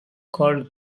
called